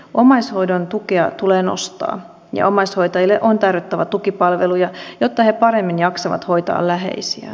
omaishoidon tukea tulee nostaa ja omaishoitajille on tarjottava tukipalveluja jotta he paremmin jaksavat hoitaa läheisiään